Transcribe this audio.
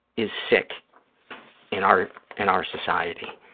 is sick in our and our society,